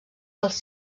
dels